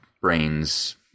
brains